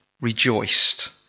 rejoiced